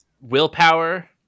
willpower